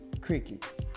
Crickets